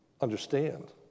understand